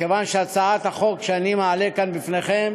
מכיוון שהצעת החוק שאני מעלה כאן בפניכם